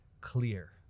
clear